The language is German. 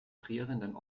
frierenden